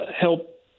help